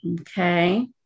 okay